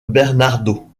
bernardo